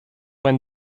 when